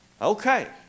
Okay